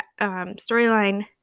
Storyline